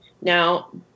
now